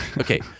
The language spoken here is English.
Okay